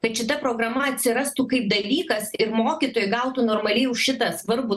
kad šita programa atsirastų kaip dalykas ir mokytojai gautų normaliai už šitą svarbų